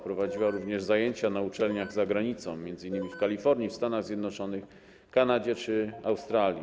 Prowadziła również zajęcia na uczelniach za granicą, m.in. w Kalifornii w Stanach Zjednoczonych, Kanadzie czy Australii.